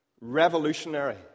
revolutionary